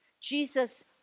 Jesus